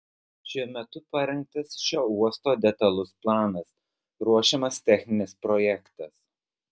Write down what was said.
šiuo metu parengtas šio uosto detalus planas ruošiamas techninis projektas